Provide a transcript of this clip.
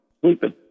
sleeping